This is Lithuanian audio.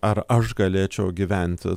ar aš galėčiau gyventi